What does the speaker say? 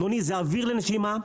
אדוני, זה אוויר לנשימה,